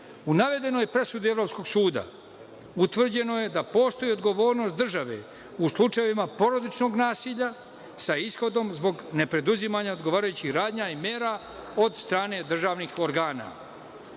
U navedenoj presudi Evropskog suda, utvrđeno je da postoji odgovornost države u slučajevima porodičnog nasilja sa ishodom zbog ne preduzimanja odgovarajućih radnja i mera od strane državnih